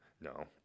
No